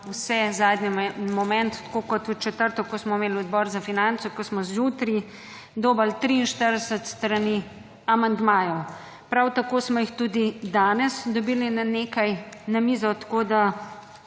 vse zadnji moment, tako kot v četrtek ko smo imeli Odbor za finance, ko smo zjutraj dobili 43 strani amandmajev. Prav tako smo jih tudi danes dobili nekaj na mizo, tako da